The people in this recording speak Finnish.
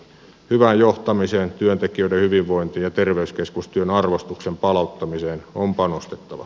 hyvään johtamiseen työntekijöiden hyvinvointiin ja terveyskeskustyön arvostuksen palauttamiseen on panostettava